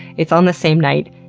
it's on the same night,